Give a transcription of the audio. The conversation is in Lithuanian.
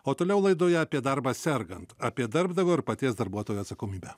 o toliau laidoje apie darbą sergant apie darbdavio ir paties darbuotojo atsakomybę